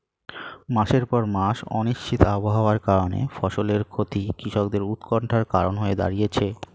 মাসের পর মাস অনিশ্চিত আবহাওয়ার কারণে ফসলের ক্ষতি কৃষকদের উৎকন্ঠার কারণ হয়ে দাঁড়িয়েছে